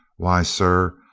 why, sir,